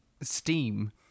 steam